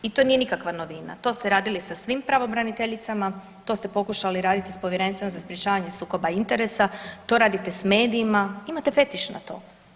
I to nije nikakva novina, to ste radili sa svim pravobraniteljicama, to ste pokušali raditi s Povjerenstvom za sprječavanje sukoba interesa, to radite s medijima, imate fetiš na to.